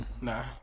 Nah